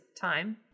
time